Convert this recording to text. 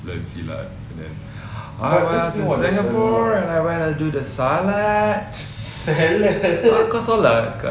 learn silat and then I'm in singapore and I want to do the salad kau kau solat